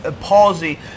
palsy